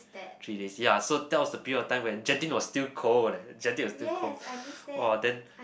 three days ya so that was the period of time when Genting was still cold leh Genting was still cold !woah! then